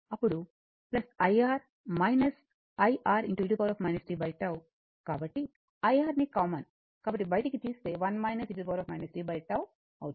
కాబట్టి IRని కామన్ కాబట్టి బయటకి తీస్తే 1 e tτ అవుతుంది